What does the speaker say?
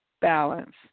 balance